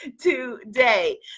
today